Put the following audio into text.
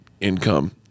income